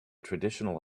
traditional